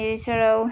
এছাড়াও